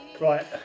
right